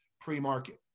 pre-market